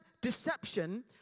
deception